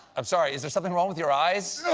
i'm sorry, is there something wrong with your eyes?